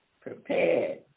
prepared